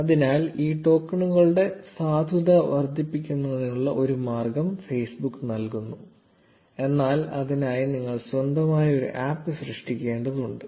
അതിനാൽ ഈ ടോക്കണുകളുടെ സാധുത വർദ്ധിപ്പിക്കുന്നതിനുള്ള ഒരു മാർഗ്ഗം Facebook നൽകുന്നു എന്നാൽ അതിനായി നിങ്ങൾ സ്വന്തമായി ഒരു ആപ്പ് സൃഷ്ടിക്കേണ്ടതുണ്ട്